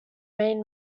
main